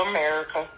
America